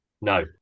No